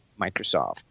Microsoft